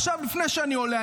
עכשיו לפני שאני עולה,